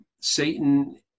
Satan